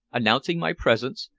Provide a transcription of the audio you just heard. announcing my presence,